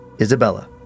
Isabella